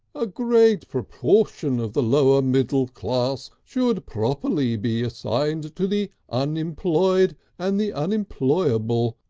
a great proportion of the lower middle class should properly be assigned to the unemployed and the unemployable.